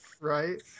Right